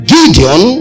Gideon